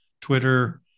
Twitter